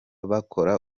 bakorana